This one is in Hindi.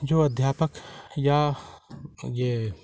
जो अध्यापक या य